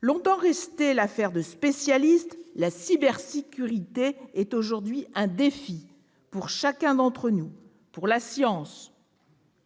Longtemps restée l'affaire de spécialistes, la cybersécurité est aujourd'hui un défi pour chacun d'entre nous, pour la science,